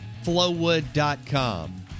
flowwood.com